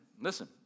Listen